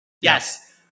Yes